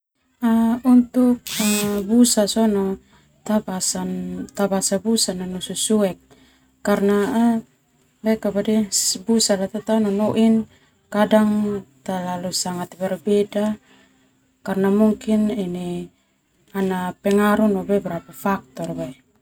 Untuk busa sona tabasan tabasa busala nanu susuek karna busa tatao nonoin kadang talalu sangat berbeda karna mungkin pengaruh no beberapa faktor.